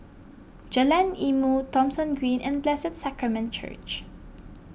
Jalan Ilmu Thomson Green and Blessed Sacrament Church